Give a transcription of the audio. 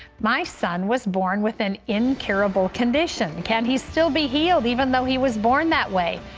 my son was born with an incurable condition. can he still be healed, even though he was born that way?